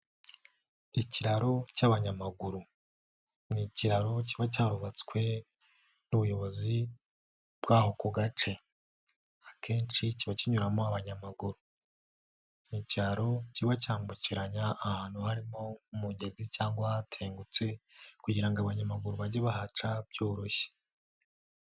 Ikiraro cy'abanyamaguru. Ni ikiraro kiba cyarubatswe, n'ubuyobozi bwaho ku gace, akenshi kiba kinyuramo abanyamaguru. Ni ikiraro kiba cyambukiranya ahantu harimo umugezi cyangwa hatengutse, kugira ngo abanyamaguru bajye bahaca byoroshye.